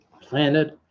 planted